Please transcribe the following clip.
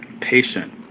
patient